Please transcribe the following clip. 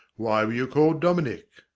why were you called dominick?